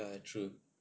err true